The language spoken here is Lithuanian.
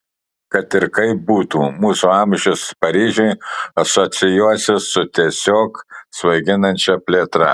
kad ir kaip būtų mūsų amžius paryžiui asocijuosis su tiesiog svaiginančia plėtra